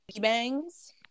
bangs